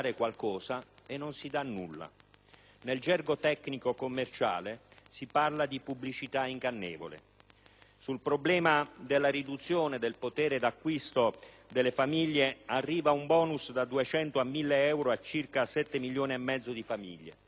Nel gergo tecnico-commerciale si parla di pubblicità ingannevole. Sul problema della riduzione del potere d'acquisto delle famiglie arriva un *bonus* da 200 a 1.000 euro a circa sette milioni e mezzo di famiglie; così è stato annunciato.